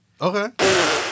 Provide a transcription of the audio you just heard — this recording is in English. Okay